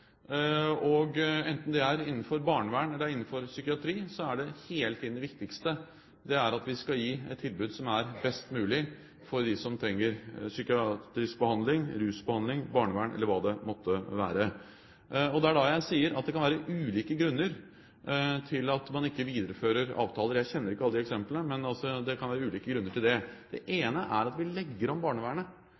Enten det er innenfor barnevern, eller det er innenfor psykiatri, er det hele tiden viktigst at vi gir et tilbud som er best mulig for dem som trenger psykiatrisk behandling, rusbehandling, barnevern – hva det måtte være. Det er da jeg sier at det kan være ulike grunner til at man ikke viderefører avtaler. Jeg kjenner ikke til alle disse eksemplene, men det kan altså være ulike grunner. Den ene er at vi legger om barnevernet